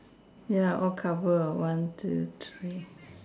ya all cover one two three